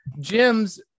jim's